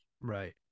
Right